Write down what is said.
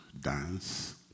dance